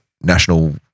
National